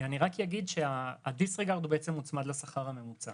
אני אגיד שהדיסריגרד הוצמד לשכר הממוצע